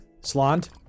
Slant